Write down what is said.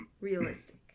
realistic